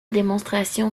démonstration